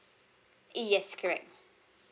yes correct